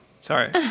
sorry